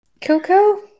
coco